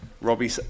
Robbie